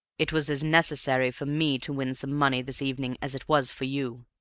it was as necessary for me to win some money this evening as it was for you.